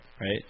right